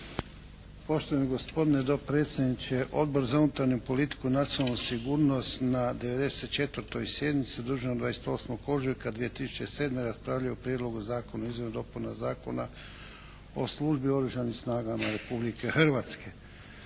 Poštovani gospodine dopredsjedniče! Odbor za unutarnju politiku, nacionalnu sigurnost na 94. sjednici održanoj 28. ožujka 2007. raspravljao je o Prijedlogu zakona o izmjenama i dopunama Zakona o službi u Oružanim snagama Republike Hrvatske.